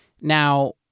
Now